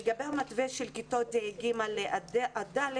לגבי המתווה של כיתות ג' ו-ד'.